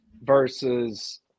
versus